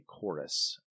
chorus